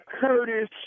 Curtis